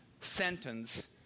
sentence